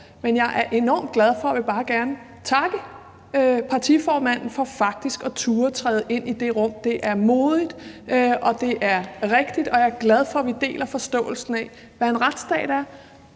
Men jeg er enormt glad for og vil bare gerne takke partiformanden for, at han faktisk tør træde ind i det rum. Det er modigt, og det er rigtigt, og jeg er glad for, at vi deler forståelsen af, hvad en retsstat er.